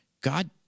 God